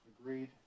Agreed